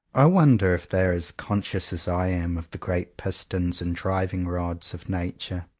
i wonder if they are as conscious as i am of the great pistons and driving-rods of nature.